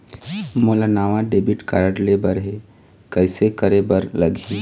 मोला नावा debit card लेबर हे, कइसे करे बर लगही?